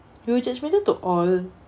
we were judgmental to all